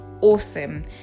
awesome